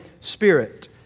Spirit